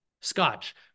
scotch